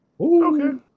Okay